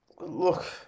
look